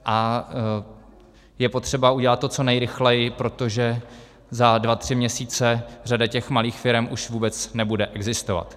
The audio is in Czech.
A je potřeba to udělat co nejrychleji, protože za dva tři měsíce řada malých firem už vůbec nebude existovat.